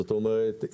זאת אומרת,